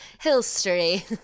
History